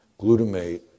Glutamate